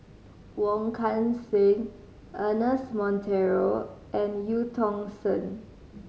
Wong Kan Seng Ernest Monteiro and Eu Tong Sen